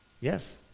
Yes